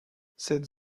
cette